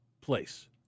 place